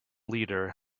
leader